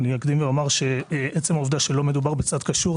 אני אקדים ואומר שעצם העובדה שלא מדובר בצד קשור,